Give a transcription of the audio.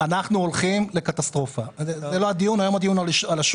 היום הדיון הוא על השום,